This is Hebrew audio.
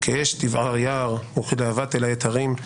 כאש תבער-יער, וכלהבה, תלהט הרים.